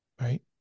right